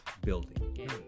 building